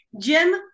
jim